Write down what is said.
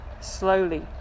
slowly